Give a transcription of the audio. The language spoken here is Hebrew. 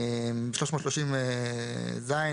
330ז,